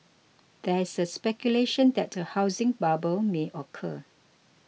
there is speculation that a housing bubble may occur